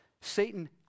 Satan